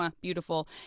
beautiful